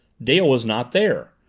dale was not there!